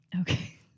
Okay